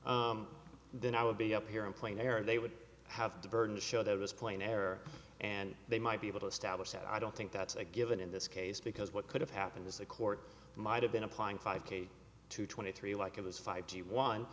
concurrently then i would be up here in plain air and they would have the burden to show that was playing error and they might be able to establish that i don't think that's a given in this case because what could have happened is the court might have been applying five k to twenty three like it was five to one